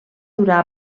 durar